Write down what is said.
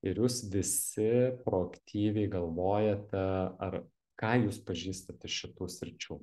ir jūs visi proaktyviai galvojate ar ką jūs pažįstat iš šitų sričių